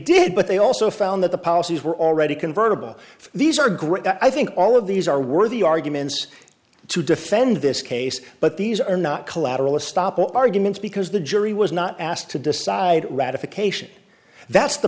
but they also found that the policies were already convertible these are great i think all of these are worthy arguments to defend this case but these are not collateral estoppel arguments because the jury was not asked to decide